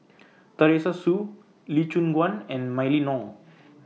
Teresa Hsu Lee Choon Guan and Mylene Ong